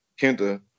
Kenta